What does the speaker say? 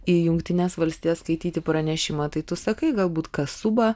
į jungtines valstijas skaityti pranešimą tai tu sakai galbūt kasuba